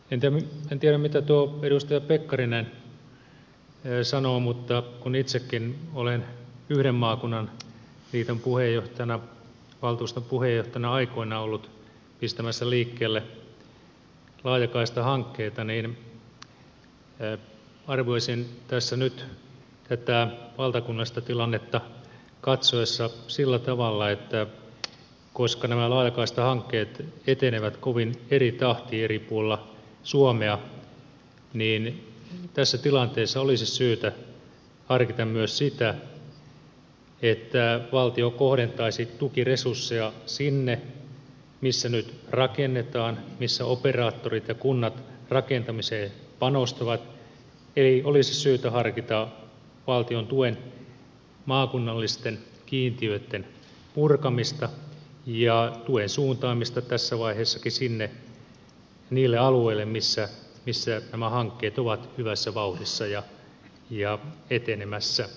en tiedä mitä tuo edustaja pekkarinen sanoo mutta kun itsekin olen yhden maakunnan liiton valtuuston puheenjohtajana aikoinaan ollut pistämässä liikkeelle laajakaistahankkeita niin arvioisin tässä nyt tätä valtakunnallista tilannetta katsoessa sillä tavalla että koska nämä laajakaistahankkeet etenevät kovin eri tahtiin eri puolilla suomea niin tässä tilanteessa olisi syytä harkita myös sitä että valtio kohdentaisi tukiresursseja sinne missä nyt rakennetaan missä operaattorit ja kunnat rakentamiseen panostavat eli olisi syytä harkita valtiontuen maakunnallisten kiintiöitten purkamista ja tuen suuntaamista tässä vaiheessakin niille alueille missä nämä hankkeet ovat hyvässä vauhdissa ja etenemässä